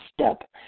step